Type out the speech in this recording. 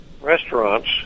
restaurants